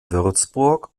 würzburg